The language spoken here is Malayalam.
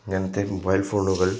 ഇങ്ങനത്തെ മൊബൈൽ ഫോണുകൾ